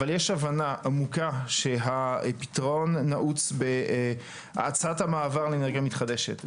אבל יש הבנה עמוקה שהפתרון נעוץ בהאצת המעבר לאנרגיה מתחדשת,